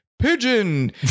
pigeon